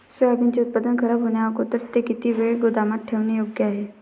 सोयाबीनचे उत्पादन खराब होण्याअगोदर ते किती वेळ गोदामात ठेवणे योग्य आहे?